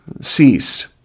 Ceased